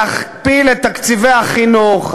להכפיל את תקציבי החינוך,